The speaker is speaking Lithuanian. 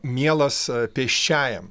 mielas pėsčiajam